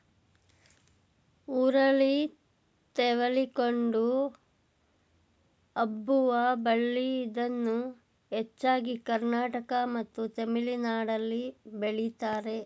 ಹುರುಳಿ ತೆವಳಿಕೊಂಡು ಹಬ್ಬುವ ಬಳ್ಳಿ ಇದನ್ನು ಹೆಚ್ಚಾಗಿ ಕರ್ನಾಟಕ ಮತ್ತು ತಮಿಳುನಾಡಲ್ಲಿ ಬೆಳಿತಾರೆ